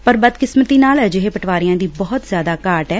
ਪਰ ਬਦਕਿਸਮਤੀ ਨਾਲ ਅਜਿਹੇ ਪਟਵਾਰੀਆਂ ਦੀ ਬਹੁਤ ਜ਼ਿਆਦਾ ਘਾਟ ਐ